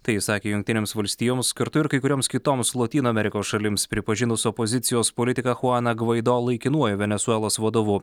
tai jis sakė jungtinėms valstijoms kartu ir kai kurioms kitoms lotynų amerikos šalims pripažinus opozicijos politiką chuaną gvaido laikinuoju venesuelos vadovu